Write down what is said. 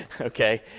okay